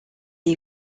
est